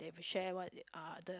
share what the other